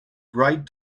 bright